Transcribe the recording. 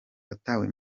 watawe